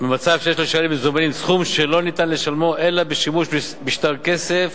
במצב שיש לשלם במזומנים סכום שלא ניתן לשלמו אלא בשימוש בשטר כסף